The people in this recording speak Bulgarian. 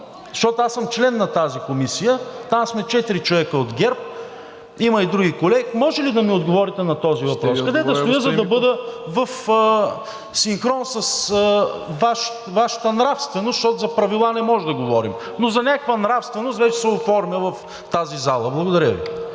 Защото съм член на тази Комисия – там сме четири човека от ГЕРБ, има и други колеги. Може ли да ми отговорите на този въпрос: къде да стоя, за да бъда в синхрон с Вашата нравственост, защото за правила не може да говорим? Но за някаква нравственост – вече се оформя в тази зала. Благодаря Ви.